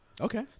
Okay